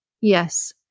Yes